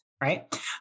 right